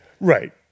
Right